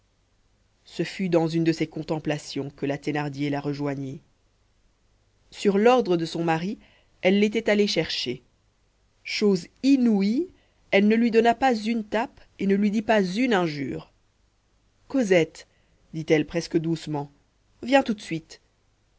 ce fut dans une de ces contemplations que la thénardier la rejoignit sur l'ordre de son mari elle l'était allée chercher chose inouïe elle ne lui donna pas une tape et ne lui dit pas une injure cosette dit-elle presque doucement viens tout de suite